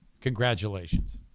Congratulations